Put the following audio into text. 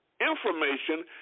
information